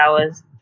hours